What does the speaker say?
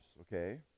okay